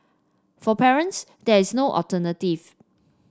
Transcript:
for parents there is no alternative